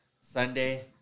Sunday